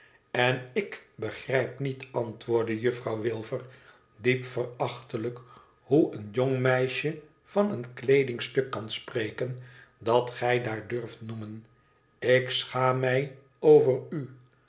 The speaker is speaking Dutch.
n t begrijp niet antwoordde jufifrouw wilfer diep verachtelijk hoe een jong meisje van een kleedingstuk kan spreken dat gij daar urft noemen ik schaam mij over u